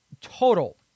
total